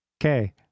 Okay